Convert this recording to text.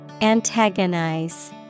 Antagonize